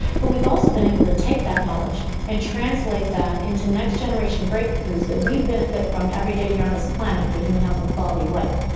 but we've also been able to take that knowledge and translate that into next-generation breakthroughs that we benefit from every day here on this planet for human health and quality of life.